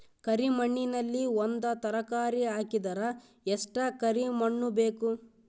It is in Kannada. ಕರಿ ಮಣ್ಣಿನಲ್ಲಿ ಒಂದ ತರಕಾರಿ ಹಾಕಿದರ ಎಷ್ಟ ಕರಿ ಮಣ್ಣು ಬೇಕು?